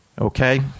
Okay